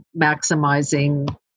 maximizing